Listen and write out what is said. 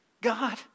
God